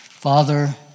Father